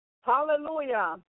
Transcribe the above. Hallelujah